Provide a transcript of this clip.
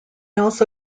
also